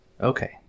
Okay